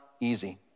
easy